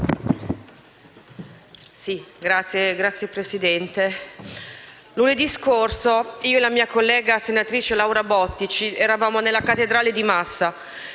Signora Presidente, lunedì scorso io e la mia collega Laura Bottici eravamo nella Cattedrale di Massa